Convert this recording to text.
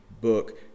book